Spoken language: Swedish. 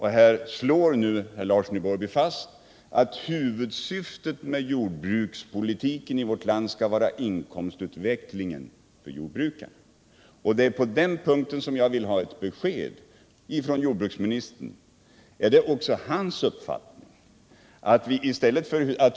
Här slår nu herr Larsson i Borrby fast att huvudsyftet med jordbrukspolitiken i vårt land skall vara inkomstutvecklingen för jordbrukarna. Det är på den punkten jag vill ha besked från jordbruksministern: Är det också hans uppfattning?